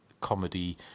comedy